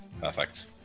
perfect